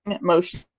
Motion